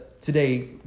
today